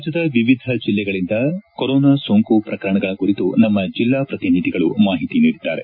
ರಾಜ್ಯದ ವಿವಿಧ ಜಲ್ಲೆಗಳಂದ ಕೊರೊನಾ ಸೋಂಕು ಪ್ರಕರಣಗಳ ಕುರಿತು ನಮ್ನ ಜಲ್ಲಾ ಪ್ರತಿನಿಧಿಗಳು ಮಾಹಿತಿ ನೀಡಿದ್ದಾರೆ